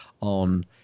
on